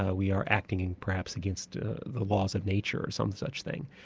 ah we are acting in perhaps against the laws of nature or some such thing.